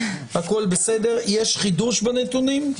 יש חידוש בנתונים?